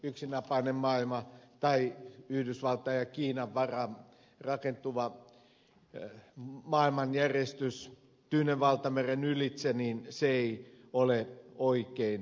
yksinapainen maailma tai yhdysvaltain ja kiinan varaan rakentuva maailmanjärjestys tyynen valtameren ylitse ei ole oikein